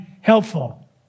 helpful